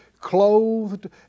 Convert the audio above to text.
clothed